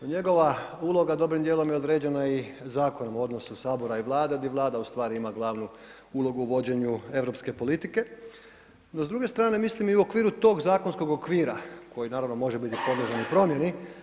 Njegova uloga dobrim dijelom je određena i zakonom o odnosu sabora i Vlade, gdje Vlada u stvari u stvari ima glavnu ulogu u vođenju europske politike no s druge strane mislim i u okviru tog zakonskog okvira koji naravno može biti podležan i promjeni.